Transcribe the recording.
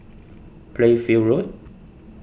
Playfair Road